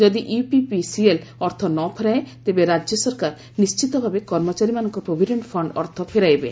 ଯଦି ୟୁପିପିସିଏଲ୍ ଅର୍ଥ ନ ଫେରାଏ ତେବେ ରାଜ୍ୟ ସରକାର ନିଣ୍ଟିତଭାବେ କର୍ମଚାରୀମାନଙ୍କ ପ୍ରୋଭିଡେଣ୍ଟ ଫଣ୍ଡ ଅର୍ଥ ଫେରାଇବେ